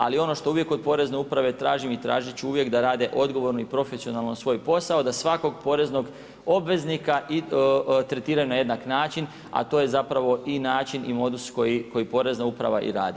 Ali ono što uvijek od Porezne uprave tražim i tražit ću uvijek da rade odgovorno i profesionalno svoj posao, da svakog poreznog obveznika tretiraju na jednak način a to je zapravo i način i modus koji Porezna uprava i radi.